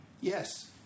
yes